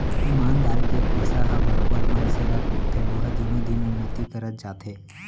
ईमानदारी के पइसा ह बरोबर मनसे ल पुरथे ओहा दिनो दिन उन्नति करत जाथे